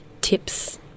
tips